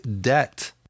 debt